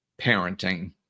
parenting